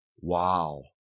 wow